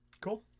Cool